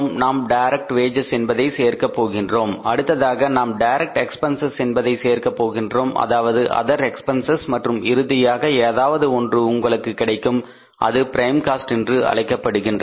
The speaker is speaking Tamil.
நாம் டைரக்ட் வேஜஸ் என்பதை சேர்க்கப் போகிறோம் அடுத்ததாக நாம் டைரக்ட் எக்பென்சஸ் என்பதை சேர்க்கப் போகிறோம் அதாவது அதர் எக்பென்சஸ் மற்றும் இறுதியாக ஏதாவது ஒன்று உங்களுக்கு கிடைக்கும் அது ப்ரைம் காஸ்ட் என்று அழைக்கப்படுகின்றது